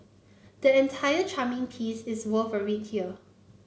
the entire charming piece is worth a read here